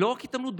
ולא רק התעמלות,